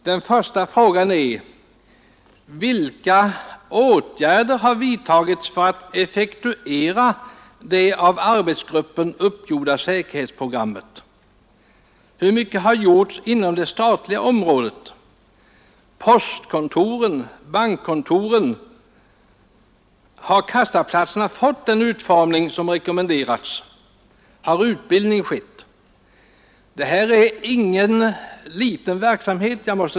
Den första typen lyder: Vilka åtgärder har vidtagits för att effektuera det av arbetsgruppen uppgjorda säkerhetsprogrammet? Hur mycket har gjorts inom det statliga området, på postkontoren, på bankkontoren? Har kassaplatserna fått den utformning som rekommenderats? Har utbildning skett? Det här är ingen liten verksamhet.